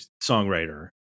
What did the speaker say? songwriter